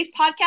podcast